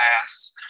class